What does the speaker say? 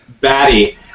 batty